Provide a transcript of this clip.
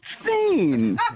insane